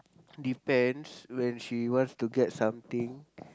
depends when she wants to get something